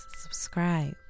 subscribe